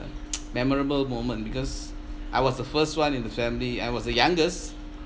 memorable moment because I was the first one in the family I was the youngest